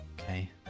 Okay